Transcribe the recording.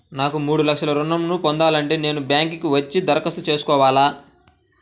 నాకు మూడు లక్షలు ఋణం ను పొందాలంటే నేను బ్యాంక్కి వచ్చి దరఖాస్తు చేసుకోవాలా?